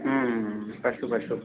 परसों परसों